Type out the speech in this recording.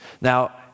Now